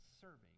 serving